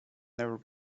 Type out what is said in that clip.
never